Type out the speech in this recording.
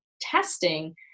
testing